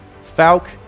Falk